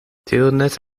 telenet